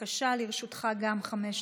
בבקשה, גם לרשותך חמש דקות.